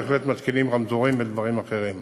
בהחלט מתקינים רמזורים ודברים אחרים.